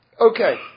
Okay